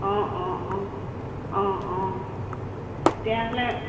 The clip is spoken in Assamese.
অঁ অঁ অঁ অঁ অঁ তেতিয়াহ'লে